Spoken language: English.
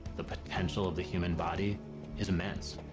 the potential of the human body is immense.